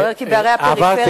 מתברר כי בערי הפריפריה,